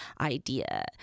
idea